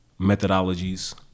methodologies